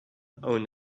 own